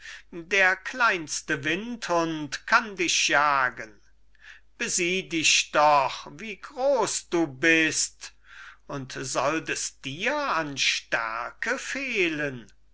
der kleinste windhund kann dich jagen besieh dich doch wie groß du bist und sollt es dir an stärke fehlen